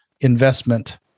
investment